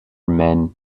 men